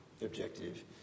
objective